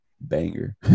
banger